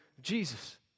Jesus